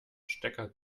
stecker